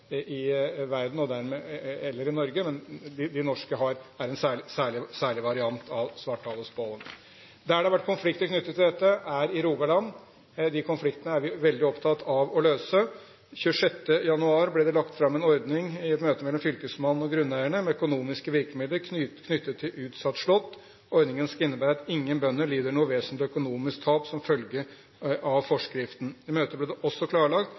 har vært konflikter knyttet til dette, er i Rogaland. De konfliktene er vi veldig opptatt av å løse. 26. januar ble det lagt fram en ordning i et møte mellom fylkesmannen og grunneierne om økonomiske virkemidler knyttet til utsatt slått. Ordningen skal innebære at ingen bønder lider noe vesentlig økonomisk tap som følge av forskriften. I møtet ble det også klarlagt